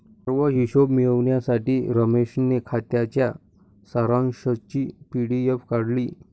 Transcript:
सर्व हिशोब मिळविण्यासाठी रमेशने खात्याच्या सारांशची पी.डी.एफ काढली